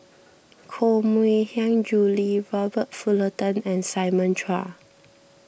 Koh Mui Hiang Julie Robert Fullerton and Simon Chua